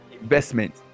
investment